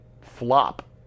flop